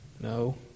no